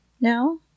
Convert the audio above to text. now